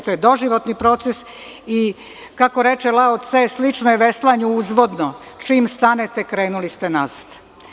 To je doživotni proces i kako reče Lao Ce - slično je veslanju uzvodno, čim stanete, krenuli ste nazad.